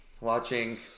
watching